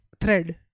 thread